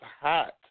hot